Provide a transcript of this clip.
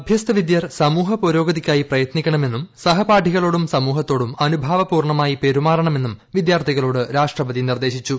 അഭ്യസ്തവിദ്യർ സമൂഹ പുരോഗതിക്കായി പ്രയത്നിക്കണമെന്ന് സഹപാഠികളോടും സമൂഹത്തോടും അനുഭാവ പൂർണ്ണമായി പെരുമാറണമെന്നും വിദ്യാർത്ഥികളോട് രാഷ്ട്രപതി നിർദ്ദേശിച്ചു